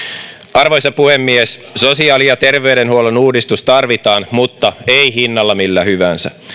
arvoisa puhemies sosiaali ja terveydenhuollon uudistus tarvitaan mutta ei hinnalla millä hyvänsä